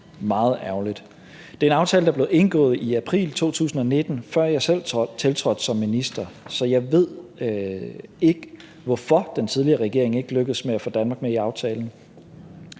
Det er en aftale, der blev indgået i april 2019, før jeg selv tiltrådte som minister, så jeg ved ikke, hvorfor den tidligere regering ikke er lykkedes med at få Danmark med i aftalen.